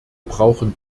brauchen